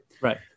Right